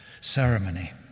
ceremony